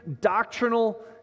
doctrinal